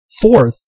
fourth